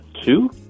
two